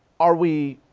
are we,